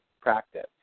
practice